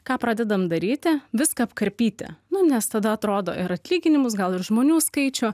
ką pradedam daryti viską apkarpyti nes tada atrodo ir atlyginimus gal ir žmonių skaičių